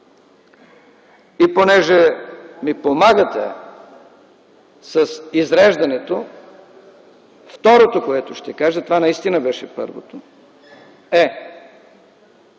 И понеже ми помагате с изреждането, второто, което ще кажа, това наистина беше първото, е: